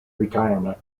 retirement